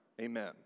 amen